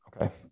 Okay